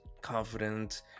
confident